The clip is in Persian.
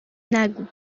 نگو